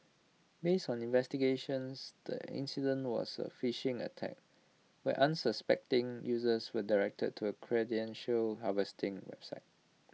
based on investigations the incident was A phishing attack where unsuspecting users were directed to A credential harvesting website